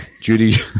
Judy